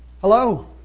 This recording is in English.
Hello